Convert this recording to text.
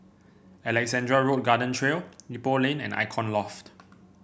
Alexandra Road Garden Trail Ipoh Lane and Icon Loft